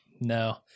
no